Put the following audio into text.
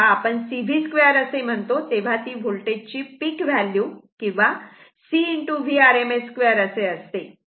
जेव्हा आपण C V 2 असे म्हणतो तेव्हा ती वोल्टेज ची पिक व्हॅल्यू किंवा C V rms 2 असे असते